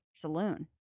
Saloon